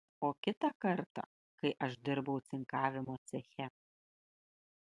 o kitą kartą kai aš dirbau cinkavimo ceche